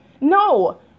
No